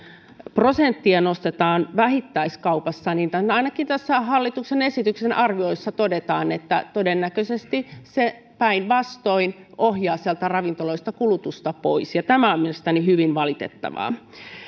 prosenttia nostetaan vähittäiskaupassa niin ainakin tämän hallituksen esityksen arvioissa todetaan että todennäköisesti se päinvastoin ohjaa sieltä ravintoloista kulutusta pois tämä on mielestäni hyvin valitettavaa